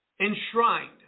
enshrined